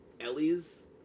Ellie's